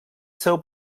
seu